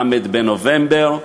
ל' בנובמבר.